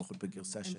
לפחות בגרסה שאני קראתי.